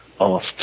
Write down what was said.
asked